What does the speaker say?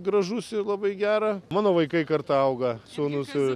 gražus labai gera mano vaikai karta auga sūnūs ir